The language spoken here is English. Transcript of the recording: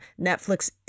Netflix